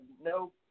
No